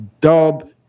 dub